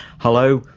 hello,